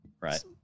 right